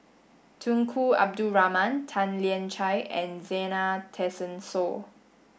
Tunku Abdul Rahman Tan Lian Chye and Zena Tessensohn